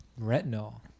retinol